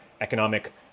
economic